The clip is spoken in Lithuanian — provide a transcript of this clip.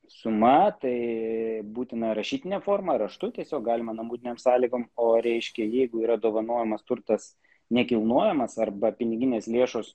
suma tai būtina rašytinė forma raštu tiesiog galima namudiniams sąlygom o reiškia jeigu yra dovanojamas turtas nekilnojamas arba piniginės lėšos